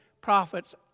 prophets